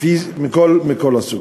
מכל הסוגים.